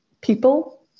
people